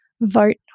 vote